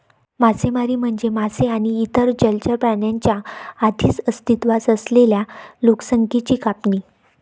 मासेमारी म्हणजे मासे आणि इतर जलचर प्राण्यांच्या आधीच अस्तित्वात असलेल्या लोकसंख्येची कापणी